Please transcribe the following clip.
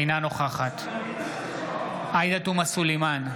אינה נוכחת עאידה תומא סלימאן,